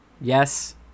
Yes